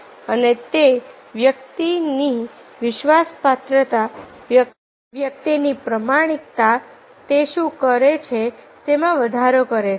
અને તે વ્યક્તિની વિશ્વાસ પાત્રતા વ્યક્તિની પ્રમાણિકતા તે શુ કરે છે તેમાં વધારો કરે છે